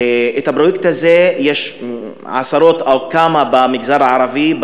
הפרויקט הזה ישנו בעשרות או בכמה יישובים במגזר הערבי,